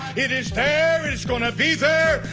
it is there. it's going to be there.